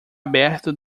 aberto